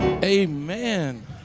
Amen